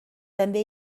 també